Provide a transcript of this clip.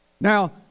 Now